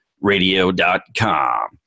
radio.com